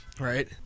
Right